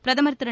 பிரதமர் திரு